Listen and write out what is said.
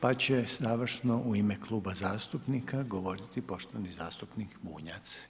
Pa će završno u ime Kluba zastupnika govoriti poštovani zastupnik Bunjac.